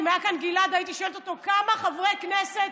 אם היה כאן גלעד הייתי שואלת אותו כמה חברי כנסת